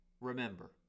remember